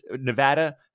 Nevada